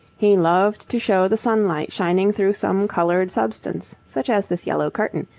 he loved to show the sunlight shining through some coloured substance, such as this yellow curtain,